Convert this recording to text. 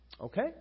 Okay